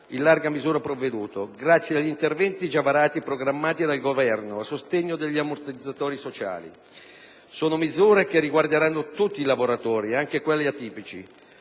in larga misura provveduto grazie a interventi varati o programmati dal Governo a sostegno degli ammortizzatori sociali. Sono misure che riguarderanno tutti i lavoratori, anche quelle atipici.